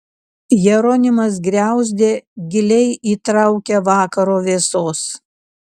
jeronimas griauzdė giliai įtraukia vakaro vėsos